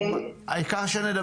בבקשה.